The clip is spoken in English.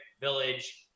village